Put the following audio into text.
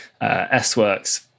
S-Works